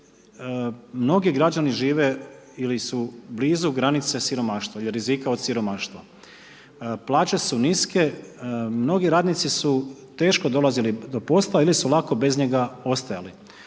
mnogi građani žive ili su blizu granice siromaštva ili rizika siromaštva. Plaće su niske, mnogi radnici su teško dolazili do posla ili su lako bez njega ostajali.